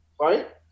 Right